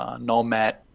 nomad